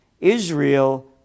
Israel